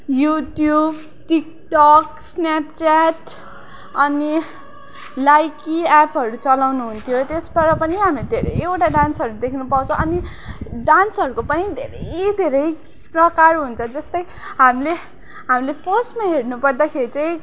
YouTube TikTok Snapchat अनि लाइकी एपहरू चलाउनु हुन्थ्यो त्यसबाट पनि हामी धेरैवटा डान्सहरू देख्न पाउँछ अनि डान्सहरूको पनि धेरै धेरै प्रकार हुन्छ जस्तै हामीले हामीले फर्स्टमा हेर्नु पर्दाखेरि चाहिँ